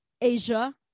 Asia